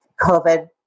COVID